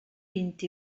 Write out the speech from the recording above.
vint